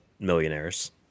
Millionaires